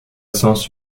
sens